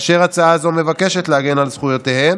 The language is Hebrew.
אשר הצעה זו מבקשת להגן על זכויותיהם,